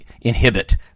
inhibit